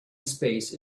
space